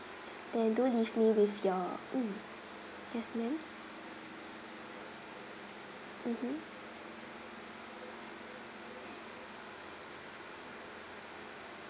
then do leave me with your mm yes ma'am mmhmm